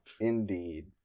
Indeed